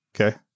Okay